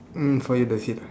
mm for you that's it